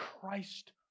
Christ